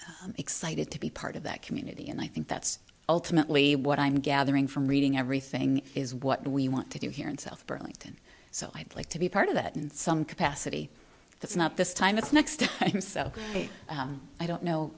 more excited to be part of that community and i think that's ultimately what i'm gathering from reading everything is what we want to do here in south burlington so i'd like to be part of that in some capacity that's not this time it's next to you so i don't know